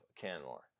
Canmore